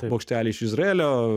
bokštelį iš izraelio